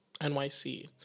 NYC